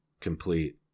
complete